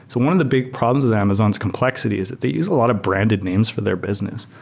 one of the big problems of amazon's complexity is that they use a lot of branded names for their business.